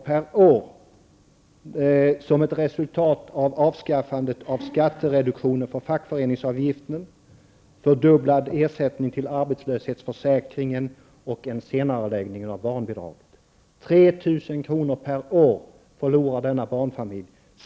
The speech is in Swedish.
per år, som ett resultat av avskaffandet av skattereduktionen på fackföreningsavgiften, fördubblad ersättning till arbetslöshetsförsäkringen och en senareläggning av höjningen av barnbidraget?